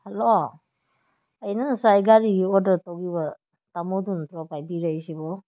hello ꯑꯩꯅ ꯉꯁꯥꯏ ꯒꯥꯔꯤꯒꯤ ꯑꯣꯔꯗꯔ ꯇꯧꯈꯤꯕ ꯇꯥꯃꯣꯗꯨ ꯅꯠꯇ꯭ꯔꯣ ꯄꯥꯏꯕꯤꯔꯛꯏꯁꯤꯕꯣ